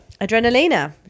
Adrenalina